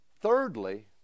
Thirdly